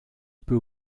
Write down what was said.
peut